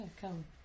come